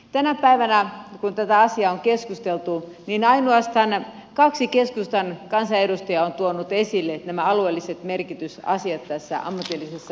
tänä päivänä kun tästä asiasta on keskusteltu ainoastaan kaksi keskustan kansanedustajaa on tuonut esille nämä alueelliset merkitysasiat tässä ammatillisessa koulutuksessa